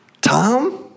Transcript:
Tom